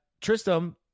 Tristam